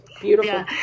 beautiful